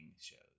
shows